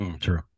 true